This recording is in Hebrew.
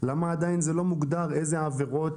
למה עדיין זה לא מוגדר עם איזה עבירות